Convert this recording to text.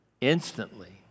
Instantly